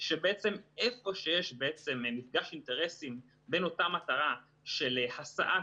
שבעצם איפה שיש מפגש אינטרסים בין אותה מטרה של השאת